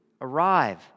arrive